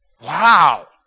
Wow